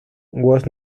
was